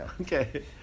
Okay